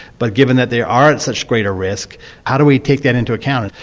but given that they are are at such greater risk how do we take that into account?